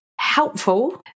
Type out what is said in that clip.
helpful